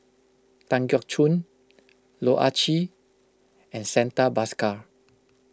Tan Keong Choon Loh Ah Chee and Santha Bhaskar